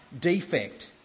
defect